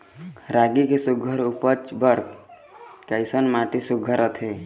रागी के सुघ्घर उपज बर कैसन माटी सुघ्घर रथे?